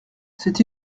c’est